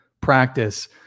practice